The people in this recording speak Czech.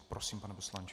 Prosím, pane poslanče.